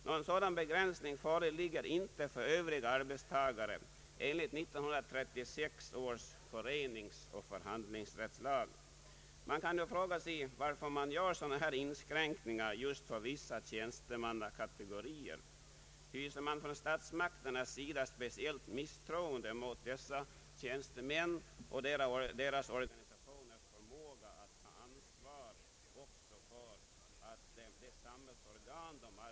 Någon sådan begränsning föreligger inte för övriga arbetstagare enligt 1936 års lag om föreningsoch förhandlingsrätt. Man kan fråga, varför inskränkningar av detta slag görs just när det gäller vissa tjänstemannakategorier. Hyser man från statsmakternas sida speciellt misstroende mot dessa tjänstemäns och deras organisationers förmåga att ta ansvar för att de samhällsorgan som de arbetar i skall kunna fullgöra sina viktiga funktioner?